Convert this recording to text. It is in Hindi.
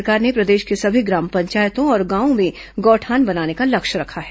राज्य सरकार ने प्रदेश की सभी ग्राम पंचायतों और गांवों में गौठान बनाने का लक्ष्य रखा है